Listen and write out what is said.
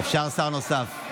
אפשר שר נוסף.